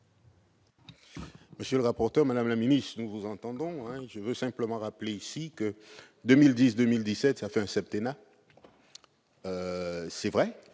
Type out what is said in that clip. Monsieur le rapporteur, madame la ministre, nous vous entendons. Je veux simplement rappeler ici que 2010-2017, c'est un septennat. S'il